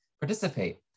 participate